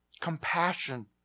compassion